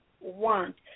want